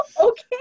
okay